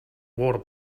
water